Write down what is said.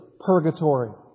purgatory